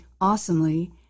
awesomely